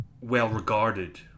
well-regarded